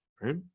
right